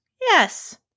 Yes